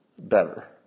better